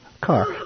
car